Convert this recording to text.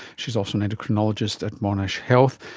she's also an endocrinologist at monash health.